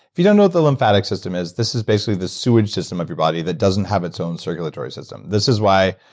if you don't know what the lymphatic system is, this is basically the sewage system of your body that doesn't have its own circulatory system. this is why,